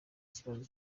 ikibazo